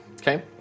Okay